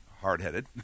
hard-headed